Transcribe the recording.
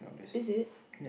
is it